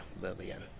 Lillian